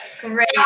great